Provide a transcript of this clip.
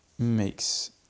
makes